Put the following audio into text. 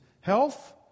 Health